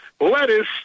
lettuce